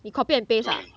你 copy and paste ah